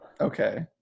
okay